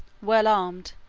well armed,